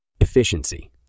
Efficiency